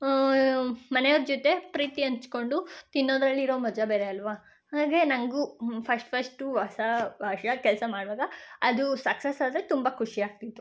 ಮನೆಯವ್ರ ಜೊತೆ ಪ್ರೀತಿ ಹಂಚಿಕೊಂಡು ತಿನ್ನೋದ್ರಲ್ಲಿ ಇರೋ ಮಜಾ ಬೇರೆ ಅಲ್ಲವಾ ಹಾಗೇ ನನಗೂ ಫಸ್ಟ್ ಫಸ್ಟು ಹೊಸ ಕೆಲಸ ಮಾಡುವಾಗ ಅದು ಸಕ್ಸಸ್ ಆದರೆ ತುಂಬ ಖುಷಿ ಆಗ್ತಿತ್ತು